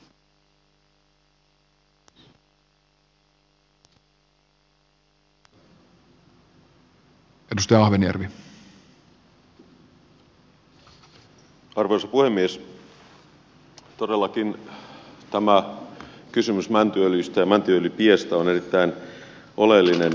todellakin tämä kysymys mäntyöljystä ja mäntyöljypiestä on erittäin oleellinen